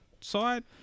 side